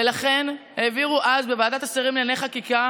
ולכן העבירו אז בוועדת השרים לענייני חקיקה